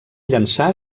llançar